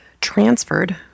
transferred